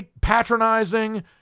patronizing